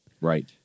Right